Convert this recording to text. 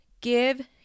give